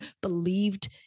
believed